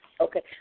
Okay